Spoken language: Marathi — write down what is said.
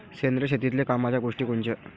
सेंद्रिय शेतीतले कामाच्या गोष्टी कोनच्या?